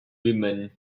woman